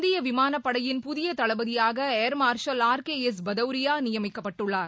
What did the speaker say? இந்திய விமானப்படையின் புதிய தளபதியாக air marshal R K S Bhadauria நியமிக்கப்பட்டுள்ளார்